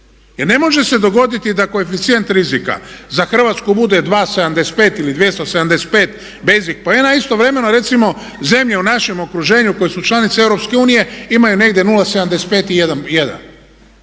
Jer ne može se dogoditi da koeficijent rizika za Hrvatsku bude 2,75 ili 275 basic poena a istovremeno recimo zemlje u našem okruženju koje su članice EU imaju negdje 0,75 i 1.